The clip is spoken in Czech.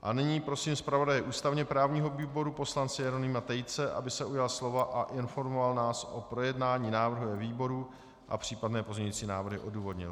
A nyní prosím zpravodaje ústavněprávního výboru poslance Jeronýma Tejce, aby se ujal slova a informoval nás o projednání návrhu ve výboru a případné pozměňující návrhy odůvodnil.